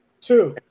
Two